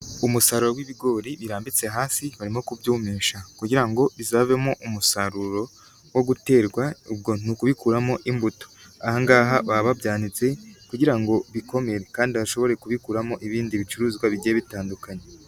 Umusaruro w'ibigori birambitse hasi, barimo kubyumisha kugira ngo bizabemo umusaruro wo guterwa, ubwo n'uku bikuramo imbuto, ahangaha baba babyanitse kugira ngo bikomere kandi bashobore kubikuramo ibindi bicuruzwa bigiye bitandukanye.